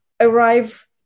arrive